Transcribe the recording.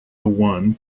one